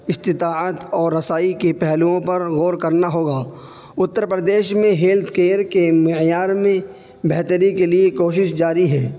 استطاعت اور رسائی کی پہلؤوں پر غور کرنا ہوگا اتّر پردیش میں ہیلتھ کیئر کے معیار میں بہتری کے لیے کوشش جاری ہے